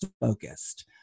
focused